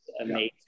amazing